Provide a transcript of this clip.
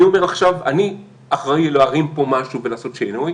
אני אומר עכשיו: אני אחראי להרים פה משהו ולעשות שינוי,